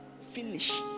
finish